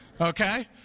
Okay